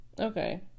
Okay